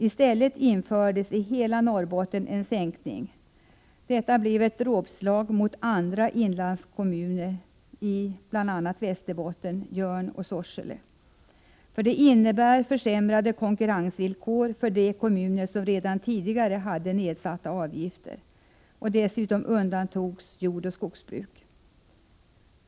I stället genomfördes en sänkning i hela Norrbotten. Detta var ett dråpslag mot andra inlandskommuner, bl.a. Jörn och Sorsele i Västerbotten. Det innebar försämrade konkurrensvillkor för de kommuner som redan tidigare hade nedsatta avgifter. Dessutom undantogs jordoch skogsbruk.